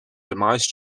demise